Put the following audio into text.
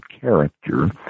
character